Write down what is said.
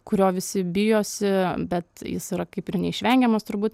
kurio visi bijosi bet jis yra kaip ir neišvengiamas turbūt